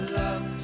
love